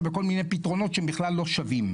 בכל מיני פתרונות שהם בכלל לא שווים.